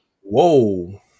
Whoa